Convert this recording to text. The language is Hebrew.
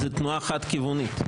זו תנועה חד-כיוונית.